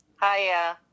Hi